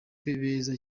beza